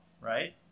right